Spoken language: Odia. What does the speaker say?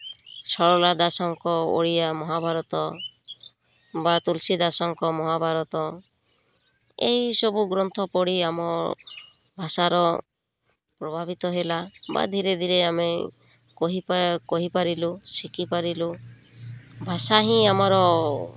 ଶାରଳା ଦାସଙ୍କ ଓଡ଼ିଆ ମହାଭାରତ ବା ତୁଲସୀ ଦାସଙ୍କ ମହାଭାରତ ଏହିସବୁ ଗ୍ରନ୍ଥ ପଢ଼ି ଆମ ଭାଷାର ପ୍ରଭାବିତ ହେଲା ବା ଧୀରେ ଧୀରେ ଆମେ କହିପା କହିପାରିଲୁ ଶିଖିପାରିଲୁ ଭାଷା ହିଁ ଆମର